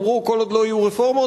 אמרו: כל עוד לא יהיו רפורמות,